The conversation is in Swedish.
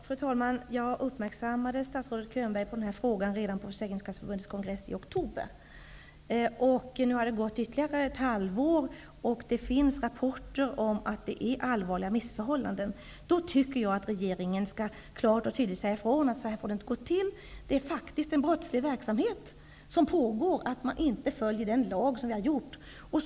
Fru talman! Jag uppmärksammade statsrådet Könberg på den här frågan redan på Försäkringskasseförbundets kongress i oktober. Nu har det gått ytterligare ett halvår, och det finns rapporter om att det råder allvarliga missförhållanden. Jag tycker då att regeringen klart och tydligt skall säga ifrån, att det inte får gå till så här. Det är faktiskt en brottslig verksamhet som pågår i och med att man inte följer den lag som riksdagen har stiftat.